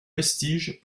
vestiges